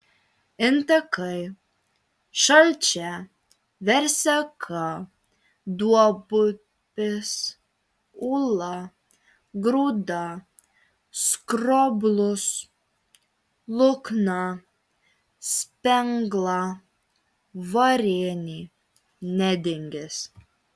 intakai šalčia verseka duobupis ūla grūda skroblus lukna spengla varėnė nedingis